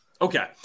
Okay